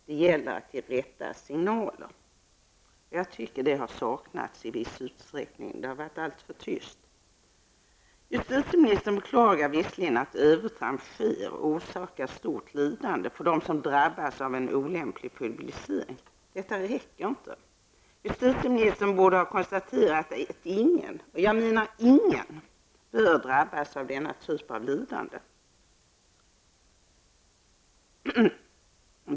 Det gäller att ge rätta signaler. Jag tycker att det har saknats i viss utsträckning. Det har varit alldeles för tyst. Justitieministern beklagar visserligen att övertramp sker och orsakar ett stort lidande för dem som drabbas av olämplig publicering. Detta räcker inte. Justitieministern borde ha konstaterat att ingen -- jag menar ingen -- bör drabbas av denna typ av lidande.